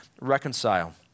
reconcile